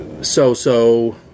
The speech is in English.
so-so